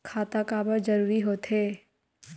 खाता काबर जरूरी हो थे?